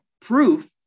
proof